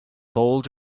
bold